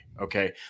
Okay